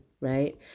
right